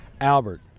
Albert